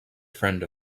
friend